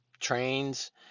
trains